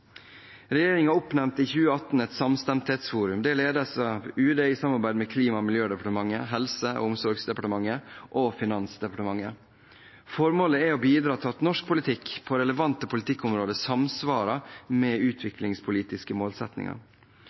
oppnevnte i 2018 et samstemthetsforum. Det ledes av UD i samarbeid med Klima- og miljødepartementet, Helse- og omsorgsdepartementet og Finansdepartementet. Formålet er å bidra til at norsk politikk på relevante politikkområder samsvarer med utviklingspolitiske målsettinger.